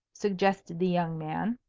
suggested the young man.